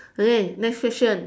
okay next question